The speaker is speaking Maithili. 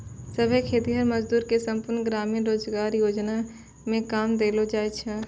सभै खेतीहर मजदूर के संपूर्ण ग्रामीण रोजगार योजना मे काम देलो जाय छै